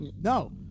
No